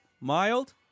mild